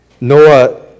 Noah